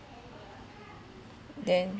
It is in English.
then